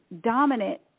dominant